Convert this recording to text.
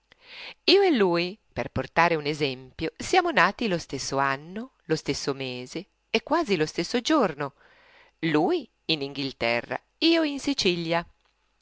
io e lui per portare un esempio siamo nati lo stesso anno lo stesso mese e quasi lo stesso giorno lui in inghilterra io in sicilia